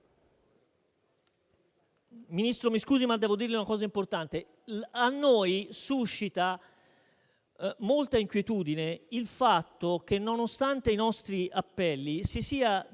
a noi suscita molta inquietudine il fatto che, nonostante i nostri appelli, si sia deciso